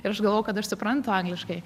ir aš galvoju kad aš suprantu angliškai